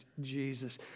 Jesus